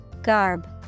Garb